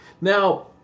now